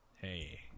Hey